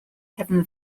heaven